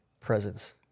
presence